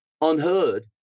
unheard